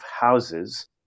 houses